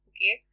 Okay